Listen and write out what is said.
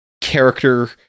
character